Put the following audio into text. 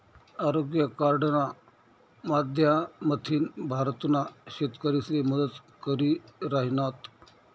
आरोग्य कार्डना माध्यमथीन भारतना शेतकरीसले मदत करी राहिनात